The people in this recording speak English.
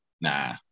Nah